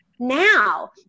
Now